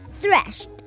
threshed